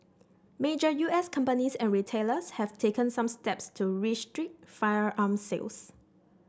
major U S companies and retailers have taken some steps to restrict firearm sales